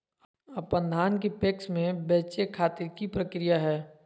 अपन धान के पैक्स मैं बेचे खातिर की प्रक्रिया हय?